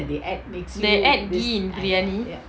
they add ghee in briyani